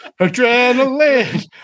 adrenaline